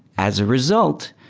as a result,